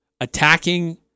attacking